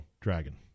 Dragon